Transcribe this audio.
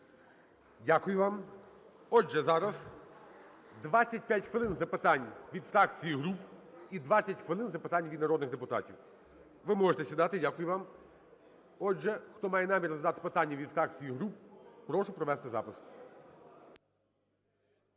Дякую вам. Отже, зараз 25 хвилин запитань від фракцій і груп, і 20 хвилин запитань від народних депутатів. Ви можете сідати, дякую вам. Отже, хто має намір задати питання від фракцій і груп, прошу провести запис.